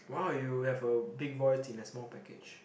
wow you have a big boy voice in a small package